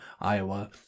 Iowa